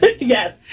Yes